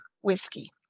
whiskey